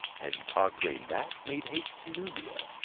and, conquering that, made haste to nubia.